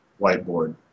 whiteboard